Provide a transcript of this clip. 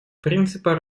принципа